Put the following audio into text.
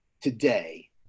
today